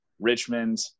Richmond